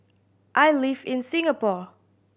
I live in Singapore